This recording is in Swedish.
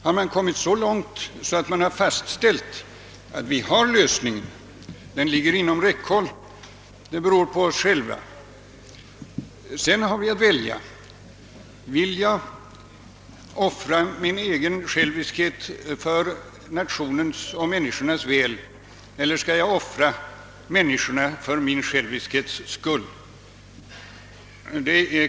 Har man kommit så långt att man har fastställt att lösningen finns, att den ligger inom räckhåll, att den beror på oss själva, då har vi bara att välja: vill jag offra min egen själviskhet för nationens och människornas väl eller skall jag offra människorna för min själviskhets skull?